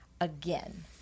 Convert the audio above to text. again